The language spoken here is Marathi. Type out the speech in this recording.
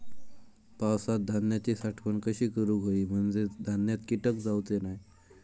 पावसात धान्यांची साठवण कशी करूक होई म्हंजे धान्यात कीटक जाउचे नाय?